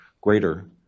Greater